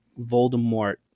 Voldemort